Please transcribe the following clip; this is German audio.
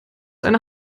eine